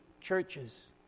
churches